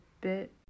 bit